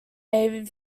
native